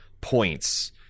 points